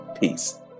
Peace